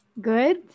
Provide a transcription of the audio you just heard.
Good